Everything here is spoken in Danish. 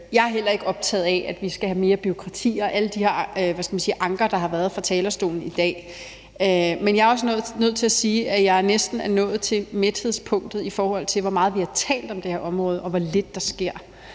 Jeg er heller ikke optaget af, at vi skal have mere bureaukrati og alt det her, hvad skal man sige, hvor der har været anker fra talerstolen i dag. Men jeg er også nødt til at sige, at jeg næsten er nået til mæthedspunket, i forhold til hvor meget vi har talt om det her område, og hvor lidt der sker.